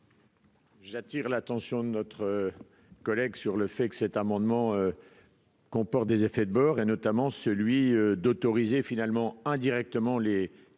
J'attire l'attention de notre collègue sur le fait que cet amendement comporte des effets de beurre et notamment celui d'autoriser finalement indirectement les